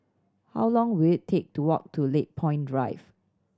how long will it take to walk to Lakepoint Drive